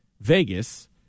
Vegas